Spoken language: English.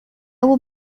will